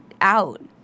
out